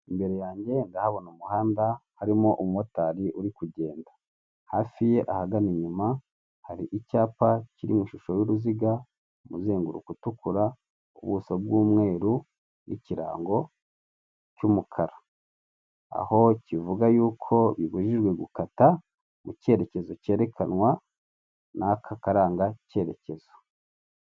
Imbere yanjye ndahabona umuhanda, harimo umumotari uri kugenda, hafi ye ahagana inyuma, hari icyapa kiri mu ishusho y'uruziga, umuzenguruko utukura, ubuso bw'umweru n'ikirango cy'umukara, aho kivuga yuko bibujijwe gukata mu cyerekezo cyerekanwa n'aka karangacyerekezo.